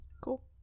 Cool